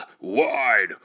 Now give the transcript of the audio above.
Wide